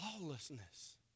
lawlessness